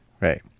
right